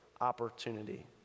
opportunity